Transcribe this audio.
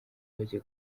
bajya